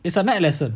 it's a night lesson